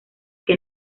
que